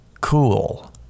cool